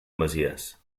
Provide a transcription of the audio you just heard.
masies